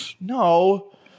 no